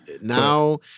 now